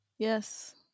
Yes